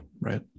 right